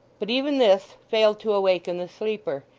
but even this failed to awaken the sleeper.